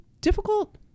difficult